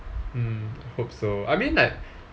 mm hope so I mean like